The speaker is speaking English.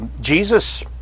Jesus